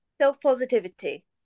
Self-positivity